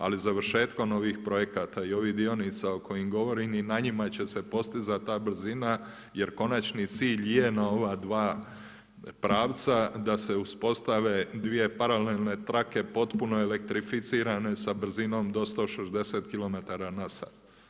Ali završetkom ovih projekata i ovih dionica o kojim govorim i na njima će se postizat ta brzina, jer konačni cilj je na ova dva pravca da se uspostave dvije paralelne trake potpuno elektrificirane sa brzinom do 160 km na sat.